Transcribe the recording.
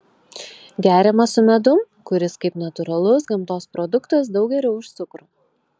geriamas su medum kuris kaip natūralus gamtos produktas daug geriau už cukrų